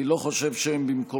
אני חושב, אני לא חושב שהם במקומם.